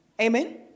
Amen